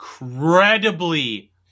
incredibly